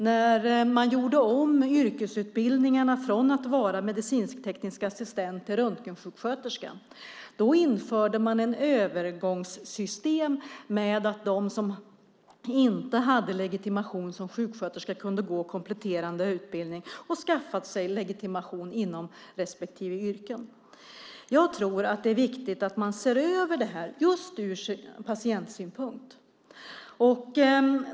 När man gjorde om yrkesutbildningarna från att vara till medicinsk-tekniska assistenter och röntgensjuksköterskor införde man ett övergångssystem med att de som inte hade legitimation som sjuksköterska kunde gå en kompletterande utbildning och skaffa sig legitimation inom respektive yrken. Jag tror att det är viktigt att man ser över det här just ur patientsynpunkt.